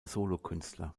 solokünstler